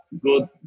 good